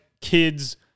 kids